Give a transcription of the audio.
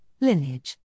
lineage